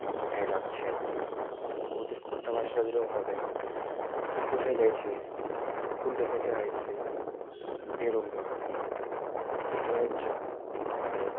বা কোথায় যাচ্ছেন ও ওদের খোট্টা ভাষাটা যেরকম হবে কোথায় যাইছিস কুলটাে থেকে আইসিস এরম ধরনের এটাই হচ্ছে আমাদের